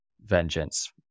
vengeance